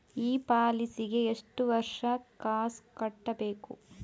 ಈ ಪಾಲಿಸಿಗೆ ಎಷ್ಟು ವರ್ಷ ಕಾಸ್ ಕಟ್ಟಬೇಕು?